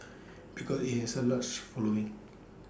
because IT has A large following